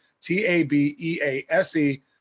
T-A-B-E-A-S-E